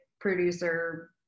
producer